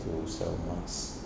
to sell mask